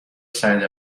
side